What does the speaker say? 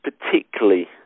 particularly